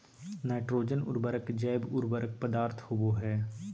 nitrogen उर्वरक जैव उर्वरक पदार्थ होबो हइ